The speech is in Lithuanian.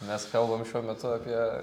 mes kalbam šiuo metu apie